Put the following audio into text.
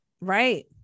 Right